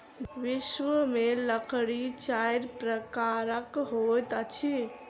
विश्व में लकड़ी चाइर प्रकारक होइत अछि